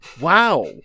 Wow